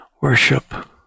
worship